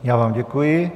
Já vám děkuji.